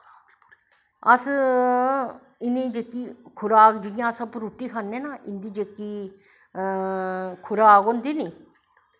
अस इनेंगी खुराक जेह्की अप्पूं रुट्टी खन्नें ना इंदी जेह्की खुराक होंदी नी